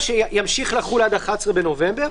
שימשיך לחול עד 11 בנובמבר.